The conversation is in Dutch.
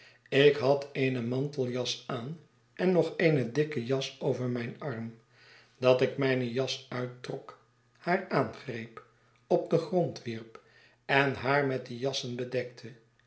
ik had eene manteljas aan en nog eene dikke jas over mijn arm dat ik mijne jas uittrok haar aangreep op den grond wierp en haar met die jassen bedekte